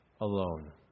alone